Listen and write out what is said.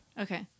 Okay